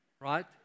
right